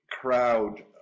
crowd